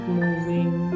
moving